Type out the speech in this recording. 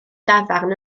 dafarn